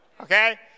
okay